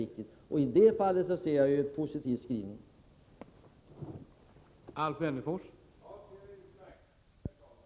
Ur den synvinkeln uppfattar jag att det finns en positiv skrivning i utskottsbetänkandet.